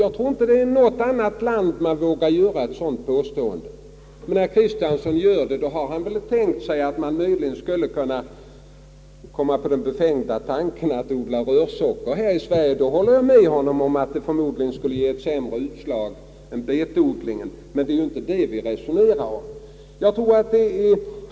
Jag tror inte att man i något annat betodlande land vågar göra ett sådant påstående, men herr Kristiansson gör det. Har han kommit på den befängda tanken att man skulle odla rörsocker här i Sverige? I så fall håller jag med honom om att betodling skulle ge ett bättre resultat, men det är ju inte det vi resonerar om.